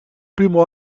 primo